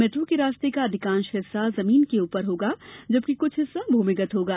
metro के रास्ते का अधिकांश हिस्सा जमीन के ऊपर होगा जबकि कुछ हिस्सा भूमिगत होगा